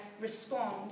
respond